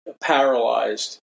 paralyzed